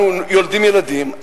אנחנו יולדים ילדים,